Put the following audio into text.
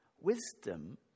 wisdom